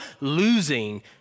losing